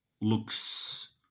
looks